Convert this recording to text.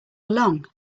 along